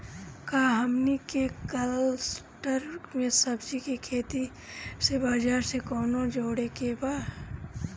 का हमनी के कलस्टर में सब्जी के खेती से बाजार से कैसे जोड़ें के बा?